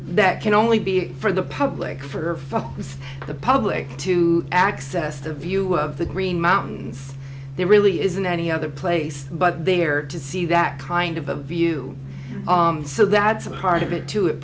that can only be for the public for the public to access the view of the green mountains there really isn't any other place but there to see that kind of a view so that some part of it to it